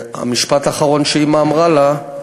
המשפט האחרון שאמה אמרה לה היה: